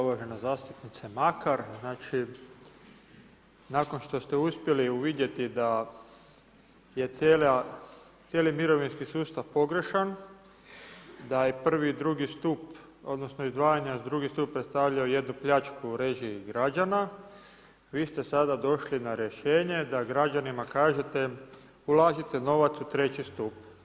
Uvažena zastupnice Makar, nakon što ste uspjeli uvidjeti da je cijeli mirovinski sustav pogrešan, da je prvi i drugi stup odnosno izdvajanja za drugi stup predstavljaju jednu pljačku u režiji građana, vi ste sada došli na rješenje da građanima kažete ulažite novac u treći stup.